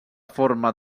forma